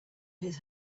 his